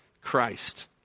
Christ